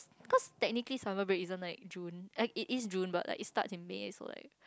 cause technically summer break isn't like June it is June but it starts in May so